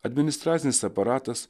administracinis aparatas